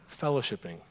fellowshipping